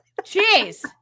Jeez